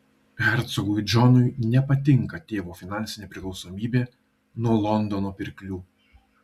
hercogui džonui nepatinka tėvo finansinė priklausomybė nuo londono pirklių